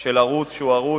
של ערוץ שהוא ערוץ,